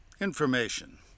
Information